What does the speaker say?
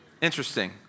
interesting